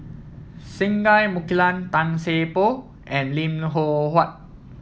Singai Mukilan Tan Seng Poh and Lim Loh Huat